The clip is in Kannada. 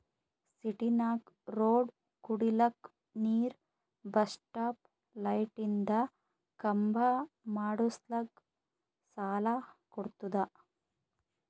ಸಿಟಿನಾಗ್ ರೋಡ್ ಕುಡಿಲಕ್ ನೀರ್ ಬಸ್ ಸ್ಟಾಪ್ ಲೈಟಿಂದ ಖಂಬಾ ಮಾಡುಸ್ಲಕ್ ಸಾಲ ಕೊಡ್ತುದ